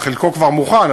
חלקו כבר מוכן,